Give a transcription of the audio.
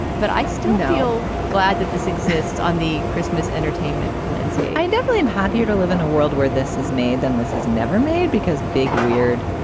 but i still feel glad that this exists on the christmas entertainment landscape i definitely am happy to live in a world where this is made. then this is never made because big, weird,